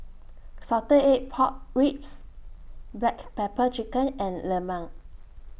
Salted Egg Pork Ribs Black Pepper Chicken and Lemang